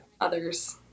others